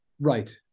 right